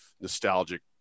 nostalgic